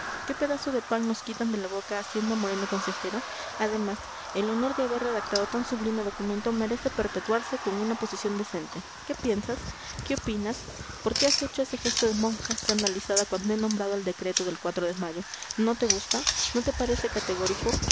qué pedazo de pan nos quitan de la boca haciendo a moreno consejero además el honor de haber redactado tan sublime documento merece perpetuarse con una posición decente qué piensas qué opinas por qué has hecho ese gesto de monja escandalizada cuando he nombrado el decreto del de mayo no te gusta no te parece categórico